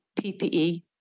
PPE